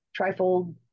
trifold